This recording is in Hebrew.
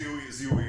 זיהויים,